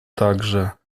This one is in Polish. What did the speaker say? także